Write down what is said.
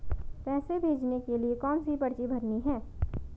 पैसे भेजने के लिए कौनसी पर्ची भरनी है?